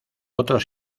otros